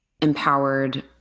empowered